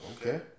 Okay